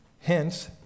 Hence